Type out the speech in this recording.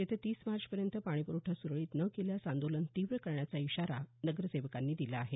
येत्या तीस मार्चपर्यंत पाणी प्रवठा सुरळीत न केल्यास आंदोलन तीव्र करण्याचा इशारा नगरसेवकांनी दिला आहे